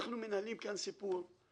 אנחנו מנהלים כאן סיפור,